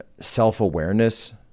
self-awareness